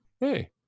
hey